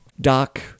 Doc